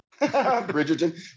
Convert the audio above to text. Bridgerton